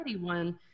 one